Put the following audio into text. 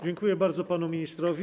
Dziękuję bardzo panu ministrowi.